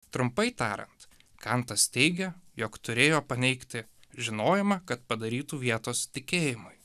trumpai tariant kantas teigia jog turėjo paneigti žinojimą kad padarytų vietos tikėjimui